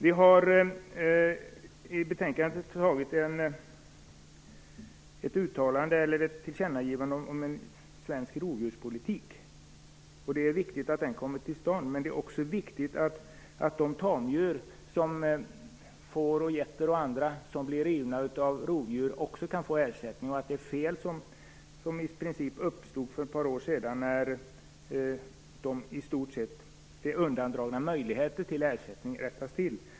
Vi har i betänkandet gjort ett tillkännagivande om svensk rovdjurspolitik. Det är viktigt att denna kommer till stånd, men det är också viktigt att man kan få ersättning för de tamdjur, får och getter och annat, som blir rivna av rovdjur. Det fel som uppstod för ett par år sedan, när möjligheten till ersättning i stort sett undandrogs, måste rättas till.